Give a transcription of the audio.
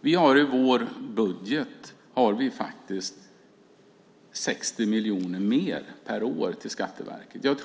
vi i vår budget har 60 miljoner mer per år till Skatteverket.